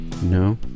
No